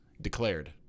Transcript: Declared